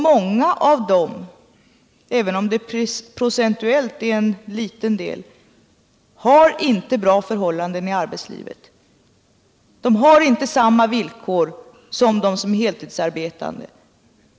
Många av dem även om det procentuellt är en liten del — har inte bra förhållanden i arbetslivet. De har inte samma villkor som de som heltidsarbetar.